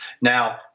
now